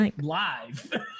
live